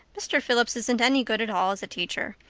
mr. phillips isn't any good at all as a teacher.